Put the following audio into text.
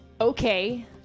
okay